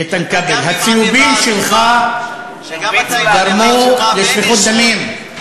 איתן כבל, הצהובים שלך גרמו לשפיכות דמים.